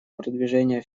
продвижения